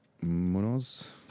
Munoz